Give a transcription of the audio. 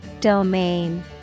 Domain